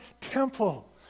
temple